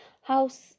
house